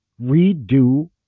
redo